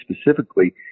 specifically